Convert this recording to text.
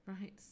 Right